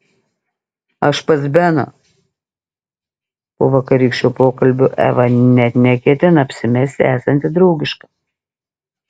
aš pas beną po vakarykščio pokalbio eva net neketina apsimesti esanti draugiška